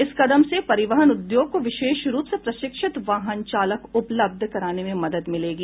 इस कदम से परिवहन उद्योग को विशेष रूप से प्रशिक्षित वाहन चालक उपलब्ध कराने में मदद मिलेगी